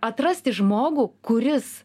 ir atrasti žmogų kuris